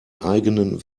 eigenen